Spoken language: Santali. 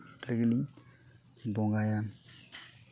ᱨᱮᱜᱮᱞᱤᱧ ᱵᱚᱸᱜᱟᱭᱟ